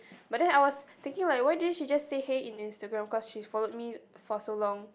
but then I was thinking like why didn't she just say hey in Instagram because she's followed me for so long